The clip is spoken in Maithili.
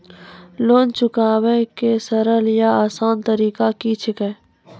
लोन चुकाबै के सरल या आसान तरीका की अछि?